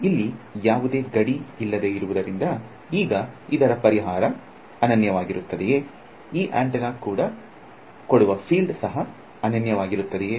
ಇಲ್ಲಿ ಯಾವುದೇ ಗಡಿ ಇಲ್ಲದೆ ಇರುವುದರಿಂದ ಈಗ ಇದರ ಪರಿಹಾರ ಅನನ್ಯ ವಾಗಿರುತ್ತದೆಯೇ ಈ ಆಂಟೆನಾ ಕೊಡುವ ಫೀಲ್ಡ್ ಸಹ ಅನನ್ಯ ವಾಗಿರುತ್ತದೆಯೇ